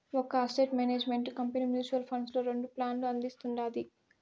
ఒక asset management company mutual funds లో రెండు ప్లాన్లు అందిస్తుండాది